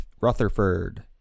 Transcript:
Rutherford